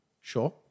Sure